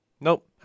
Nope